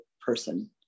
person